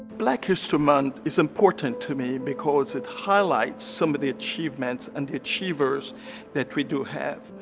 black history month is important to me because it highlights some of the achievements and achievers that we do have.